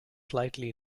slightly